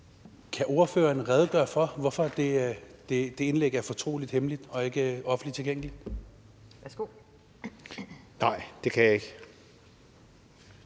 Kan ordføreren redegøre for, hvorfor det indlæg er fortroligt, altså hemmeligt, og ikke offentligt tilgængeligt? Kl. 10:06 Anden